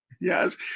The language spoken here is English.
Yes